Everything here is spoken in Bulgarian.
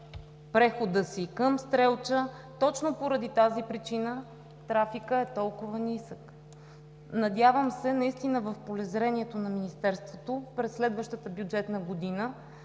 прехода си към Стрелча и точно поради тази причина трафикът е толкова нисък. Надявам се наистина в полезрението на Министерството през следващата бюджетна година